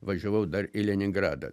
važiavau dar į leningradą